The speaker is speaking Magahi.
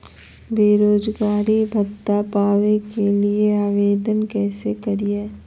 बेरोजगारी भत्ता पावे के लिए आवेदन कैसे करियय?